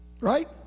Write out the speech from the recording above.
Right